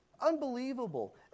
Unbelievable